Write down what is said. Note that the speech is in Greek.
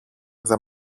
δεν